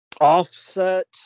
Offset